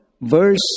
verse